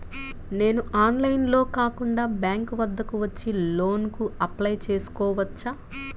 నేను ఆన్లైన్లో కాకుండా బ్యాంక్ వద్దకు వచ్చి లోన్ కు అప్లై చేసుకోవచ్చా?